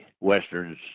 Westerns